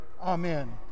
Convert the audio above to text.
Amen